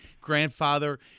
grandfather